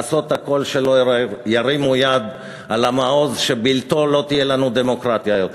לעשות הכול שלא ירימו יד על המעוז שבלתו לא תהיה לנו דמוקרטיה יותר.